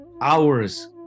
hours